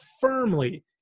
firmly